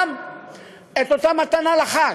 גם את אותה מתנה לחג,